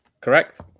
Correct